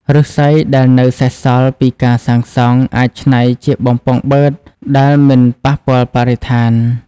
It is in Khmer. ឫស្សីដែលនៅសេសសល់ពីការសាងសង់ អាចច្នៃជាបំពង់បឺតដែលមិនប៉ះពាល់បរិស្ថាន។